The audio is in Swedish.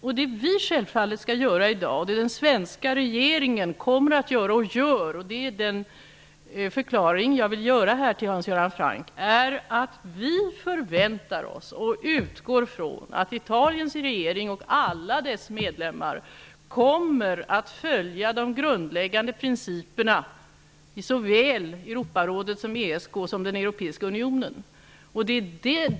Det som vi självfallet skall göra i dag, och det som den svenska regeringen kommer att göra och gör, är att vi utgår ifrån att Italiens regering och alla dess medlemmar skall följa de grundläggande principerna i såväl Europarådet som ESK och den europeiska unionen.